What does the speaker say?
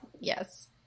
yes